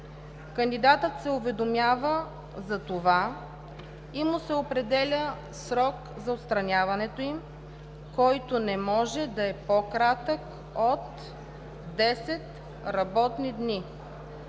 кандидатът се уведомява за това и му се определя срок за отстраняването им, който не може да е по-кратък от 10 работни дни.“